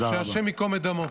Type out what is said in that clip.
שהשם ייקום את דמו.